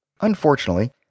Unfortunately